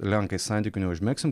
lenkais santykių neužmegsim